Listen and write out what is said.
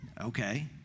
Okay